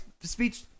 speech